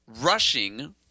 rushing